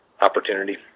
opportunity